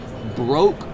broke